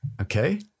Okay